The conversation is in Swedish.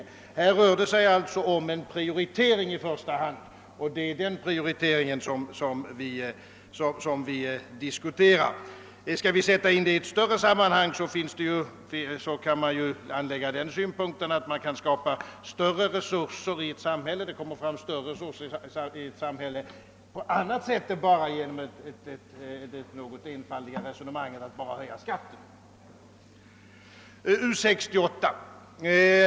Här rör det sig i första hand om en prioritering, och det är den som vi diskuterar. Om vi skall sätta in frågan i ett större sammanhang, kan vi anlägga den synpunkten att större resurser kan skapas i ett samhälle på annat sätt än genom att bara höja skatten, vilket senare egentligen är ett något enfaldigt resonemang.